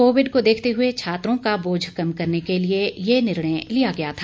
Covid को देखते हुए छात्रों का बोझ कम करने के लिए यह निर्णय लिया गया था